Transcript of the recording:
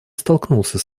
столкнулся